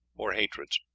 or hatreds.